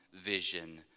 vision